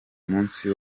munsi